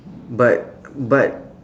but but